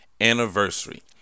anniversary